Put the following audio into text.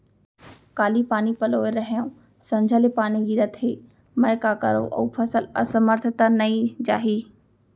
काली पानी पलोय रहेंव, संझा ले पानी गिरत हे, मैं का करंव अऊ फसल असमर्थ त नई जाही?